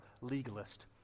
legalist